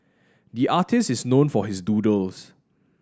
the artist is known for his doodles